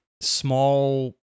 small